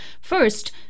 First